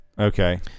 Okay